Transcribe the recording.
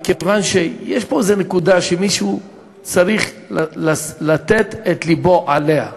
מכיוון שיש פה איזו נקודה שמישהו צריך לתת את לבו עליה.